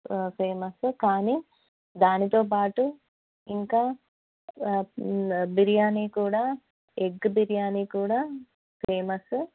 famous కానీ దానితోపాాటు ఇంకా బిర్యానీ కూడా ఎగ్ బిర్యానీ కూడా ఫేమస్